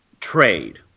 trade